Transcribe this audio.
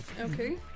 okay